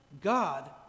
god